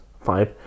Five